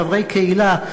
חברי קהילה,